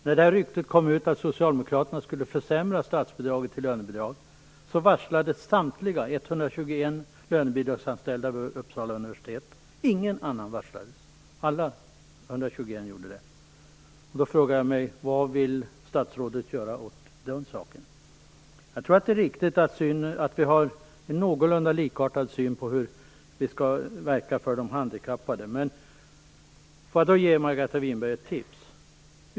När ryktet kom ut att Socialdemokraterna skulle försämra statsbidraget till lönebidragsanställda varslades samtliga Jag tror att det är riktigt att vi har en någorlunda likartad syn på hur vi skall verka för de handikappade. Jag vill då ge Margareta Winberg ett tips.